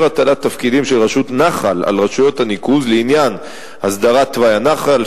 הטלת תפקידים של רשות נחל על רשויות הניקוז לעניין הסדרת תוואי הנחל,